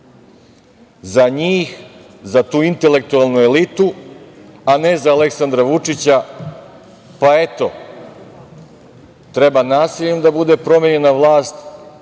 za njih, za tu intelektualnu elitu, a ne za Aleksandra Vučića, pa eto, treba nasiljem da bude promenjena vlast